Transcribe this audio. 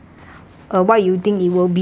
uh what you think it will be